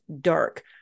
dark